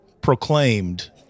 proclaimed